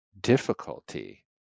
difficulty